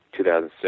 2006